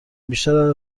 بیشتر